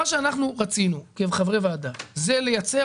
מה שאנחנו רצינו כחברי ועדה הוא לייצר